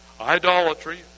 idolatry